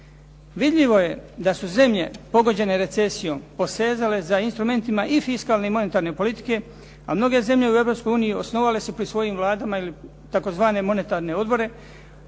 Vidljivo je da su zemlje pogođene recesijom posezale za instrumentima i fiskalne i monetarne politike a mnoge zemlje u Europskoj uniji osnovale su pri svojim vladama tzv. monetarne odbore